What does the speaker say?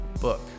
Book